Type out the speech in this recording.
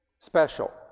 Special